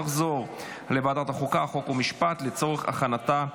לוועדת החוקה, חוק ומשפט נתקבלה.